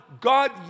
God